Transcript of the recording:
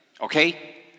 Okay